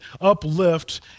uplift